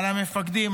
על המפקדים,